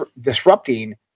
disrupting